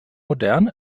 modern